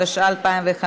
התשע"ה 2015,